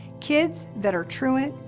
kids that are truant,